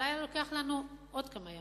אבל היה לוקח לנו עוד כמה ימים.